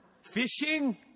fishing